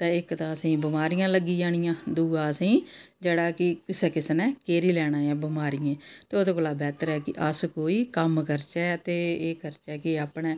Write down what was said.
ते इक तां असें गी बमारियां लग्गी जानियां दूआ असें गी जेह्ड़ा कि कुसै कुसै ने घेरी लैना ऐ बमारियें ते ओह्दा कोला बैह्तर ऐ कि अस कोई कम्म करचै ते एह् करचै कि अपने